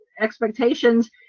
expectations